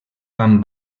van